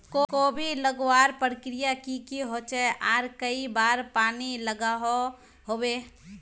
कोबी लगवार प्रक्रिया की की होचे आर कई बार पानी लागोहो होबे?